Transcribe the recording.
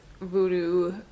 voodoo